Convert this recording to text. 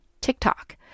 TikTok